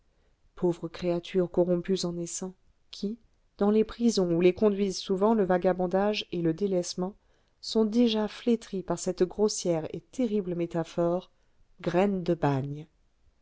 pauvres créatures corrompues en naissant qui dans les prisons où les conduisent souvent le vagabondage et le délaissement sont déjà flétries par cette grossière et terrible métaphore graines de bagne